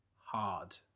hard